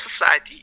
society